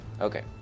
Okay